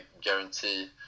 guarantee